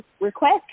request